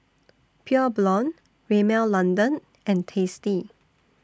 Pure Blonde Rimmel London and tasty